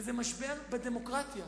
וזה משבר בדמוקרטיה.